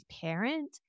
parent